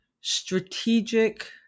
strategic